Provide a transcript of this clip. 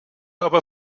aber